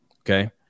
Okay